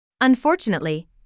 Unfortunately